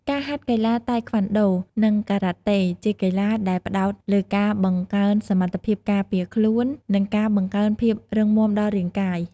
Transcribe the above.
ការហាត់កីឡាតៃខ្វាន់ដូ និងការ៉ាតេ ជាកីឡាដែលផ្តោតលើការបង្កើនសមត្ថភាពការពារខ្លួន និងការបង្កើនភាពរឹងមាំដល់រាងកាយ។